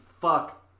fuck